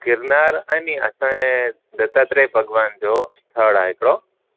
गिरनार आनी असांजे दत्तात्रेय भॻवान जो थड़ आहे हिकिड़ो